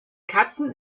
katzen